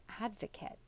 advocate